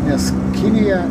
nes kinija